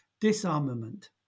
disarmament